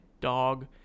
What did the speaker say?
dog